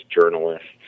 journalists